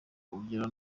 ugera